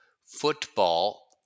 football